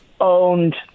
owned